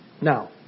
Now